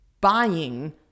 buying